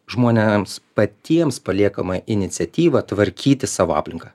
žmonėms patiems paliekama iniciatyva tvarkyti savo aplinką